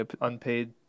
unpaid